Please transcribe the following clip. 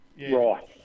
Right